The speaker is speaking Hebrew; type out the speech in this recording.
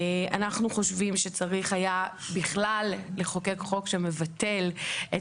אנחנו חושבים שצריך היה בכלל לחוקק חוק שמבטל את